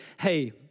hey